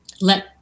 let